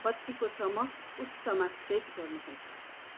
बत्तीको चमक उच्चमा सेट गर्नुहोस्